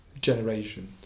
generation